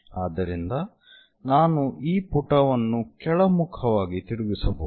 ಆದ್ದರಿಂದ ನಾನು ಈ ಪುಟವನ್ನು ಕೆಳಮುಖವಾಗಿ ತಿರುಗಿಸಬಹುದು